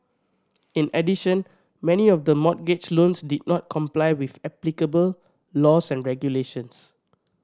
in addition many of the mortgage loans did not comply with applicable laws and regulations